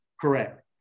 correct